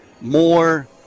more